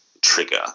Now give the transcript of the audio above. trigger